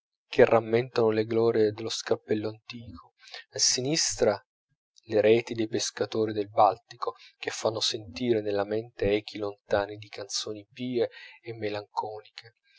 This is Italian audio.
che rammentano le glorie dello scalpello antico a sinistra le reti dei pescatori del baltico che fanno sentire nella mente echi lontani di canzoni pie e